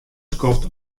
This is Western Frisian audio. skoft